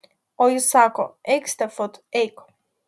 o jis sako eik stefut eik